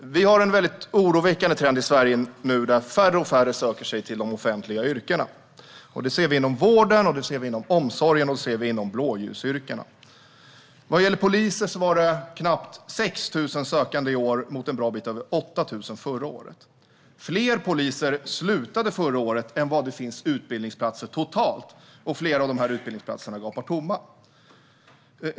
Herr talman! Vi har nu en väldigt oroväckande trend i Sverige, då färre och färre söker sig till de offentliga yrkena. Det ser vi inom vården, omsorgen och blåljusyrkena. Vad gäller poliser var det knappt 6 000 sökande i år jämfört med en bra bit över 8 000 förra året. Fler poliser slutade förra året än vad det finns utbildningsplatser totalt, och flera av dessa utbildningsplatser gapar tomma.